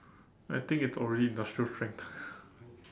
I think it's already industrial strength